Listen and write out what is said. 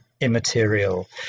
Immaterial